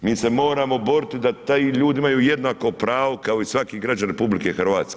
Mi se moramo borit da ti ljudi imaju jednako pravo kao i svaki građanin RH.